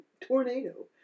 tornado